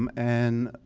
um and